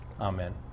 Amen